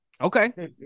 Okay